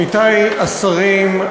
עמיתי השרים,